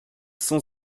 sont